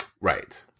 Right